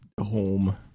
Home